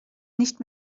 nicht